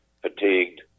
fatigued